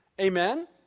Amen